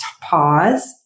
pause